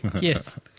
Yes